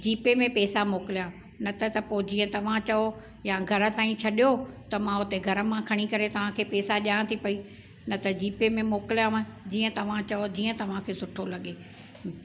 जी Pay में पैसा मोकिलियां न त त पोइ जीअं तव्हां चओ या घरु ताईं छॾियो त मां हुते घरु मां खणी करे तव्हांखे पैसा ॾिया थी पई न त जी पे में मोकिलियाव जीअं तव्हां चओ जीअं तव्हांखे सुठो लॻे